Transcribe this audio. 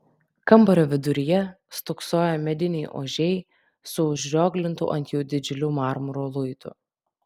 kambario viduryje stūksojo mediniai ožiai su užrioglintu ant jų didžiuliu marmuro luitu